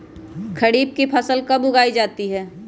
खरीफ की फसल कब उगाई जाती है?